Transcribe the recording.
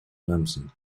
clemson